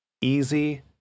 easy